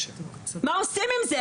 מה עושים עם זה?